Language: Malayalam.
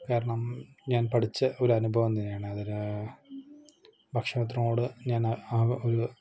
കാരണം ഞാൻ പഠിച്ച ഒരനുഭവം ഇങ്ങനെയാണ് അതൊരു ഭക്ഷണത്തിനോട് ഞാൻ ആ ഒരു